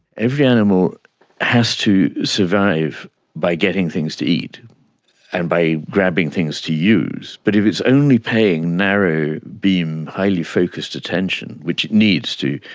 every animal has to survive by getting things to eat and by grabbing things to use, but if it's only paying narrow-beam highly-focused attention, which it needs to,